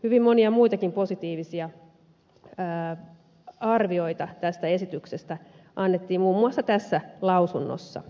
hyvin monia muitakin positiivisia arvioita tästä esityksestä annettiin muun muassa tässä lausunnossa